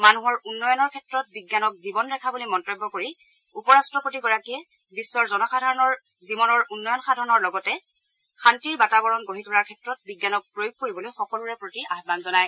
মানুহৰ উন্নয়নৰ ক্ষেত্ৰত বিজ্ঞানক জীৱন ৰেখা বুলি মন্তব্য কৰি উপ ৰাট্টপতিগৰাকীয়ে বিশ্বৰ জনসাধাৰণৰ জীৱনৰ উন্নয়নৰ সাধনৰ লগতে শান্তিৰ বাতাৱৰণ গঢ়ি তোলাৰ ক্ষেত্ৰত বিজ্ঞানক প্ৰয়োগ কৰিবলৈ সকলোৰে প্ৰতি আহান জনায়